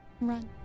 Run